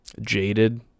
jaded